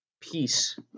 peace